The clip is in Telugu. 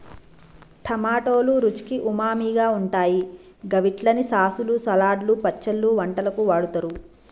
టమాటోలు రుచికి ఉమామిగా ఉంటాయి గవిట్లని సాసులు, సలాడ్లు, పచ్చళ్లు, వంటలకు వాడుతరు